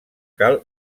cal